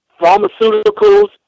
Pharmaceuticals